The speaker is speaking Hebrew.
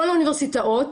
כל האוניברסיטאות,